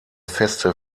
feste